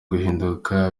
guhinduka